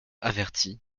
avertie